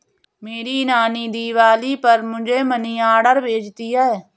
मेरी नानी दिवाली पर मुझे मनी ऑर्डर भेजती है